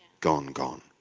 gone, gone.